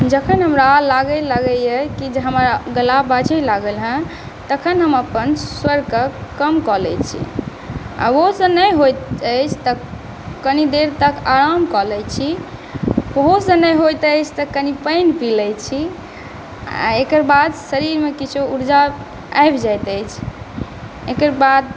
जखन हमरा लागैया कि जे हमरा गला बाझय लागल हेँ तखन हम अपन स्वरके कम लै छी आ ओहोसॅं नहि होइत अछि तँ कनी देर तक आराम कऽ लै छी ओहोसॅं नहि होइत अछि तँ कनी पानि पीबि लै छी एकर बाद शरीरमे किछो उर्जा आबि जाइत अछि एकर बाद